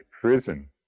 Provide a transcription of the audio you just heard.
prison